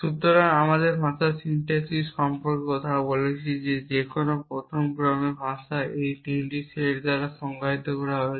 সুতরাং আমরা ভাষার সিনট্যাক্স সম্পর্কে কথা বলছি যে কোনও প্রথম ক্রমের ভাষা এই 3 সেট দ্বারা সংজ্ঞায়িত করা হয়েছে